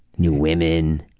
new women,